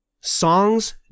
Song's